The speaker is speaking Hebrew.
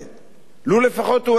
לו לפחות היה בודק.